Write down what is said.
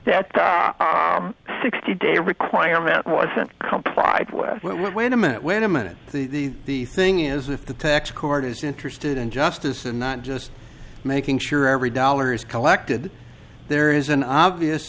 the sixty day requirement wasn't complied with but wait a minute wait a minute the the thing is if the tax court is interested in justice and not just making sure every dollar's collected there is an obvious